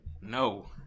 No